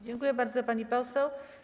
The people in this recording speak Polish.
Dziękuję bardzo, pani poseł.